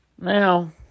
Now